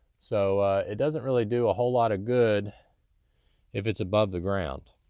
so it doesn't really do a whole lotta good if it's above the ground.